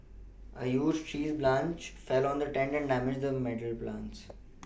a huge tree branch fell on the tent and damaged the metal plants